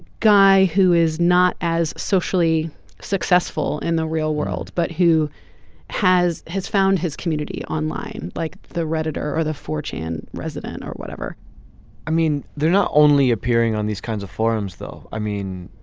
guy who is not as socially successful in the real world but who has has found his community online like the reddit or or the fortune resident or whatever i mean they're not only appearing on these kinds of forums though. i mean